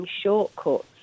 shortcuts